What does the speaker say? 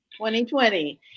2020